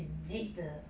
is deep 的